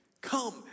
Come